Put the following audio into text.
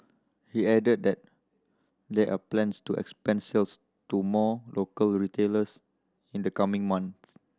he added that there are plans to expand sales to more local retailers in the coming months